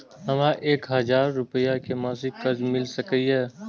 हमरा एक हजार रुपया के मासिक कर्ज मिल सकिय?